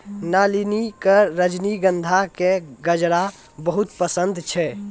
नलिनी कॅ रजनीगंधा के गजरा बहुत पसंद छै